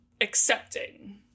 accepting